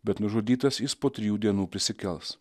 bet nužudytas jis po trijų dienų prisikels